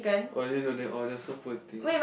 oh I didn't know that !aww! that's so poor thing